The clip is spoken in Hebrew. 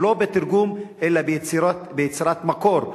ולא בתרגום אלא ביצירת מקור,